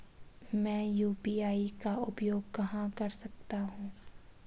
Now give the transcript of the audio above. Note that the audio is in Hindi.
मैं यू.पी.आई का उपयोग कहां कर सकता हूं?